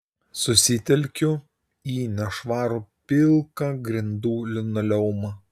susitelkiu į nešvarų pilką grindų linoleumą